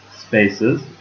spaces